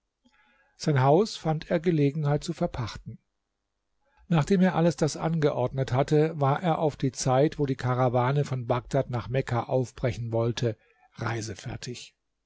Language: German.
sein haus fand er gelegenheit zu verpachten nachdem er alles das angeordnet hatte war er auf die zeit wo die karawane von bagdad nach mekka aufbrechen wollte reisefertig